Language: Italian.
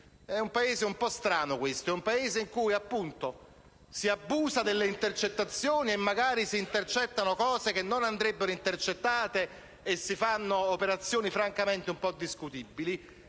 È un Paese un po' strano questo. È un Paese in cui, appunto, si abusa delle intercettazioni e magari si intercettano conversazioni che non andrebbero intercettate e si fanno operazioni francamente discutibili.